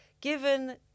given